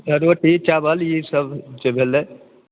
रोटी चावल ई सब जे भेलै